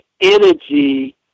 energy